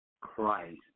Christ